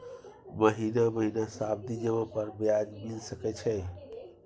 महीना महीना सावधि जमा पर ब्याज मिल सके छै?